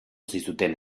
zizuten